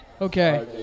Okay